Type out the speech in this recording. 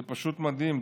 זה פשוט מדהים.